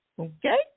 Okay